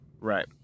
Right